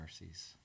mercies